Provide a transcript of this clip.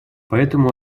поэтому